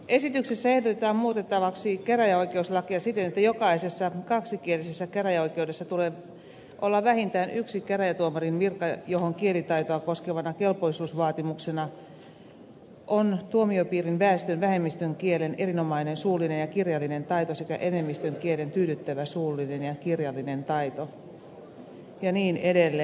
esityksessä ehdotetaan muutettavaksi käräjäoikeuslakia siten että jokaisessa kaksikielisessä käräjäoikeudessa tulee olla vähintään yksi käräjätuomarin virka johon kielitaitoa koskevana kelpoisuusvaatimuksena on tuomiopiirin väestön vähemmistön kielen erinomainen suullinen ja kirjallinen taito sekä enemmistön kielen tyydyttävä suullinen ja kirjallinen taito ja niin edelleen